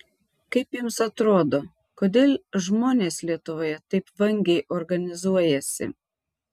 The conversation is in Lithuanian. kaip jums atrodo kodėl žmonės lietuvoje taip vangiai organizuojasi